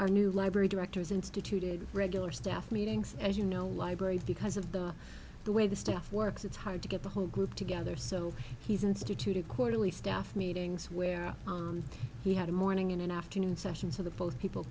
our new library directors instituted regular staff meetings as you know library because of the the way the stuff works it's hard to get the whole group together so he's instituted quarterly staff meetings where he had a morning and afternoon session so the both people